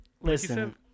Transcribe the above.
Listen